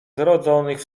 zrodzonych